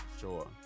sure